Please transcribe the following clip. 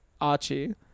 Archie